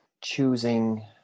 choosing